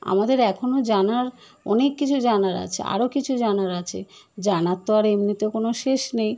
আমাদের এখনও জানার অনেক কিছু জানার আছে আরও কিছু জানার আছে জানার তো আর এমনি তো কোনো শেষ নেই